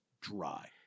dry